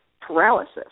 paralysis